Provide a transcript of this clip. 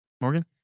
morgan